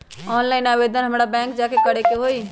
Online आवेदन हमरा bank जाके करे के होई?